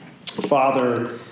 Father